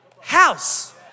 house